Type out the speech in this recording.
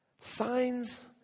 Signs